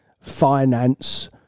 finance